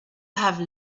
have